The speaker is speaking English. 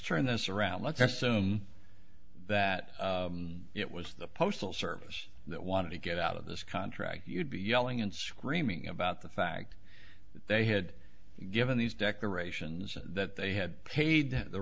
turn this around let's assume that it was the postal service that wanted to get out of this contract you'd be yelling and screaming about the fact they had given these decorations and that they had paid the